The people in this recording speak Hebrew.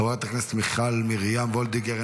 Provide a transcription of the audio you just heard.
חברת הכנסת מיכל מרים וולדיגר,